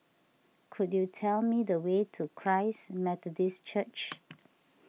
could you tell me the way to Christ Methodist Church